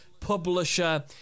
Publisher